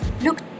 look